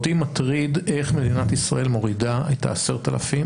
אותי מטריד איך מדינת ישראל מורידה את ה-10,000.